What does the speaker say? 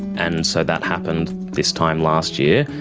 and so that happened this time last year,